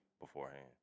beforehand